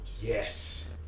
Yes